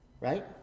right